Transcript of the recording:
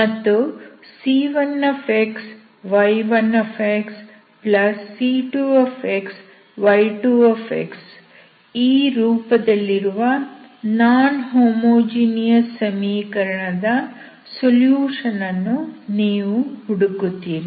ಮತ್ತು c1xy1c2y2 ಈ ರೂಪದಲ್ಲಿರುವ ನಾನ್ ಹೋಮೋಜಿನಿಯಸ್ ಸಮೀಕರಣದ ಸೊಲ್ಯೂಷನ್ ಅನ್ನು ನೀವು ಹುಡುಕುತ್ತೀರಿ